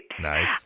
Nice